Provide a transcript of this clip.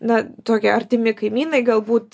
na tokie artimi kaimynai galbūt